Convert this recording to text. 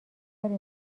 کاری